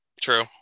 True